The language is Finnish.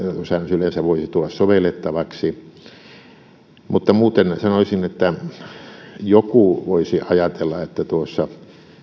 yleensä voisi tulla sovellettavaksi mutta muuten sanoisin että joku voisi ajatella että tuossa